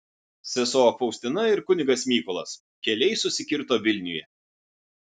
sesuo faustina ir kunigas mykolas keliai susikirto vilniuje